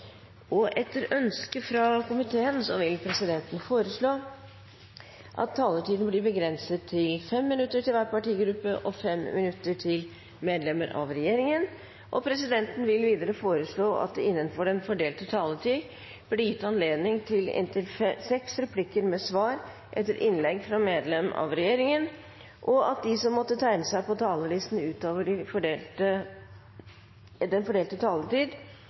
minutter til representanter fra regjeringen. Videre vil presidenten foreslå at det – innenfor den fordelte taletid – blir gitt anledning til inntil seks replikker med svar etter innlegg fra medlemmer av regjeringen, og at de som måtte tegne seg på talerlisten utover den fordelte taletid, får en taletid